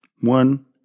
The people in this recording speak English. one